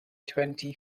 twenty